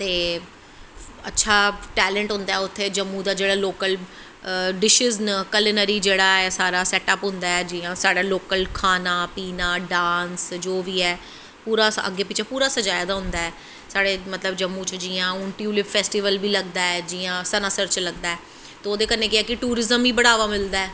ते अच्छा टैंलेंट होंदा ऐ उत्थें जम्मू दा जेह्का लोकल डिशिस न कलनरी जेह्ड़ा होंदा ऐ सैटअप होंदा ऐ जियां साढ़ा लोकल खाना पीना डांस जो बी ऐ पूरा असैं अग्गैं पुच्छें पूरा सज़ाए दा होंदा ऐ साढ़े मतलव जम्मू च जियां हून टयुलिप फैसटिवल बी लगदा ऐ सनासर च लगदा ऐ ते ओह्दे कन्नैं केह् ऐ कि टुरिस्ट बधदा ऐ